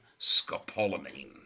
Scopolamine